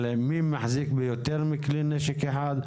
של מי מחזיק ביותר מכלי נשק אחד.